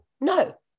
No